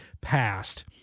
passed